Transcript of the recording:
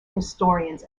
historians